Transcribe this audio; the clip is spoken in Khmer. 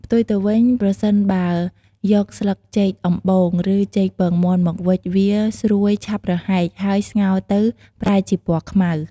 ផ្ទុយទៅវិញប្រសិនបើយកស្លឹកចេកអំបូង ឬចេកពងមាន់មកវេច វាស្រួយឆាប់រហែក ហើយស្ងោរទៅប្រែជាពណ៌ខ្មៅ។